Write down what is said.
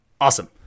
Awesome